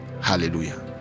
Hallelujah